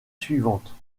suivante